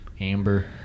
amber